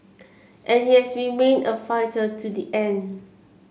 and he has remained a fighter to the end